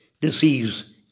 disease